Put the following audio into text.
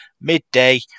midday